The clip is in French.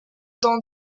dans